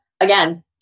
again